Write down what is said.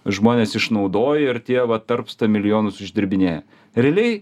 žmones išnaudoja ir tie va tarpsta milijonus uždirbinėja realiai